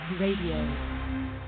Radio